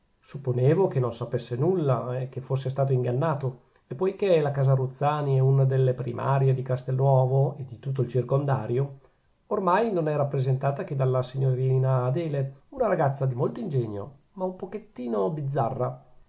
cose supponevo che non sapesse nulla che fosse stato ingannato e poichè la casa ruzzani è una delle primarie di castelnuovo e di tutto il circondario oramai non è rappresentata che dalla signorina adele una ragazza di molto ingegno ma un pochettino bizzarra